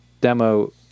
demo